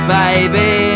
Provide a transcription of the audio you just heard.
baby